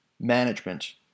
management